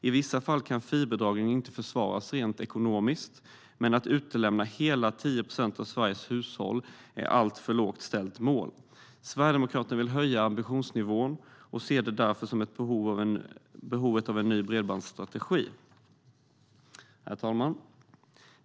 I vissa fall kan fiberdragning inte försvaras rent ekonomiskt, men att utelämna hela 10 procent av Sveriges hushåll är ett alltför lågt ställt mål. Sverigedemokraterna vill höja ambitionsnivån och ser därför ett behov av en ny bredbandsstrategi. Herr talman!